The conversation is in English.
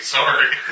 Sorry